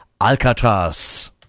Alcatraz